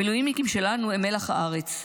המילואימניקים שלנו הם מלח הארץ.